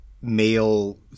male